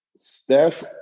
Steph